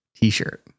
t-shirt